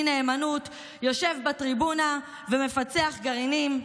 נאמנות" יושב בטריבונה ומפצח גרעינים.